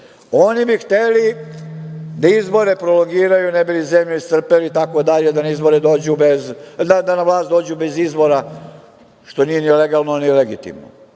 Oni bi hteli da izbore prolongiraju, ne bi li zemlju iscrpeli itd, da na vlast dođu bez izbora, što nije ni legalno ni legitimno.